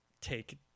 take